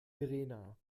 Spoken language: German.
verena